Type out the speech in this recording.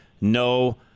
no